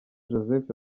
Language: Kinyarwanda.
joseph